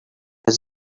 his